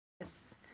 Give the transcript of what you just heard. yes